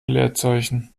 leerzeichen